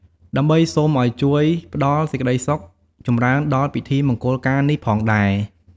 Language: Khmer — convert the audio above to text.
ដើម្បីសូមឱ្យជួយផ្ដល់សេចក្ដីសុខចម្រើនដល់ពិធីមង្គលការនេះផងដែរ។